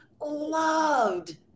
loved